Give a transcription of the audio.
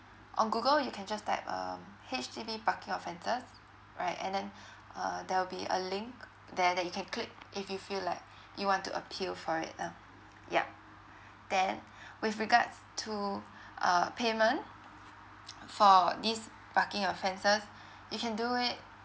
on google you can just type um H_D_B parking offences right and then uh there will be a link there that you can click if you feel like you want to appeal for it um yup then with regards to uh payment for these parking offences you can do it